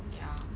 ya